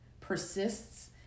persists